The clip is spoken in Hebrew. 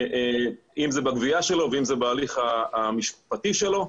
אם זה בגבייה שלו ואם זה בהליך המשפטי שלו.